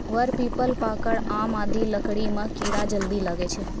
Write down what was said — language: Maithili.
वर, पीपल, पाकड़, आम आदि लकड़ी म कीड़ा जल्दी लागै छै